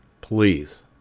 please